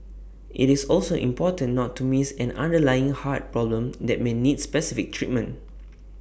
IT is also important not to miss an underlying heart problem that may need specific treatment